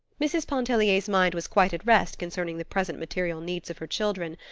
mrs. pontellier's mind was quite at rest concerning the present material needs of her children,